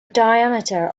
diameter